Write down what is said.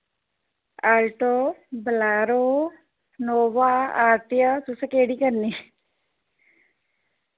Alto Bolero Nova RTR तुसें केह्ड़ी करनी